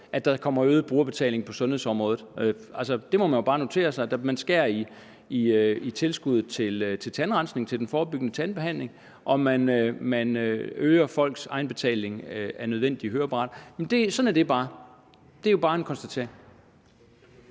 at der kommer en øget brugerbetaling på sundhedsområdet. Det må vi jo bare notere os. Man skærer i tilskuddet til tandrensning, til den forebyggende tandbehandling, og man øger folks egenbetaling til et nødvendigt høreapparat. Sådan er det bare. Det er jo bare en konstatering.